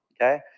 Okay